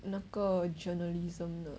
那个 journalism 的